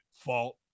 fault